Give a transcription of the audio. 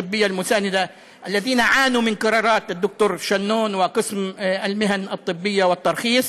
זו בשורה שאנו מביאים לבוגרים בתחום הרפואה והבריאות,